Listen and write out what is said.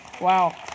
wow